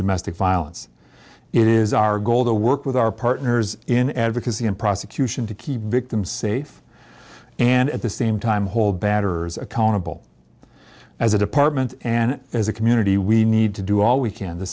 domestic violence it is our goal to work with our partners in advocacy and prosecution to keep victims safe and at the same time hold batter's accountable as a department and as a community we need to do all we can to